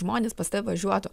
žmonės pas tave važiuotų